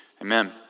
amen